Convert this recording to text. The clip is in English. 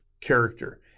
character